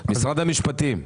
משרד המשפטים.